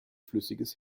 flüssiges